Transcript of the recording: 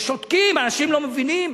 ושותקים, אנשים לא מבינים.